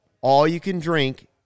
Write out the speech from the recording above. All-you-can-drink